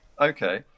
okay